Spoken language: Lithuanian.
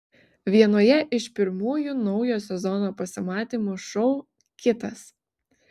vienoje iš pirmųjų naujo sezono pasimatymų šou kitas